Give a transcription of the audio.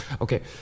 Okay